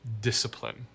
discipline